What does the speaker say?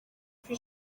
kuri